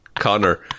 Connor